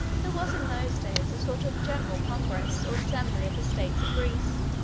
there was in those days a sort of general congress or assembly of the states of greece,